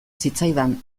zitzaidan